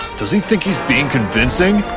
does he think he's being convincing?